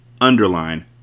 underline